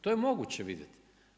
To je moguće vidjeti.